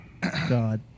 God